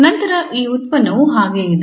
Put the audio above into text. ನಂತರ ಈ ಉತ್ಪನ್ನವು ಹಾಗೆಯೇ ಇದೆ